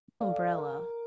Umbrella